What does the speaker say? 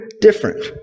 different